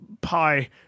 pie